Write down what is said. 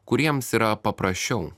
kuriems yra paprasčiau